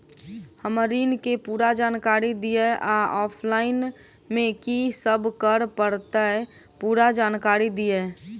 हम्मर ऋण केँ पूरा जानकारी दिय आ ऑफलाइन मे की सब करऽ पड़तै पूरा जानकारी दिय?